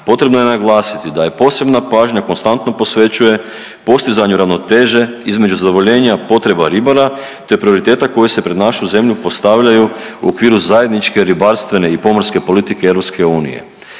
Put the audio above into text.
Potrebno je naglasiti da je posebna pažnja konstantno posvećuje postizanju ravnoteže između zadovoljenja potreba ribara te prioriteta koji se pred našu zemlju postavljaju u okviru Zajedničke ribarstvene i pomorske politike EU.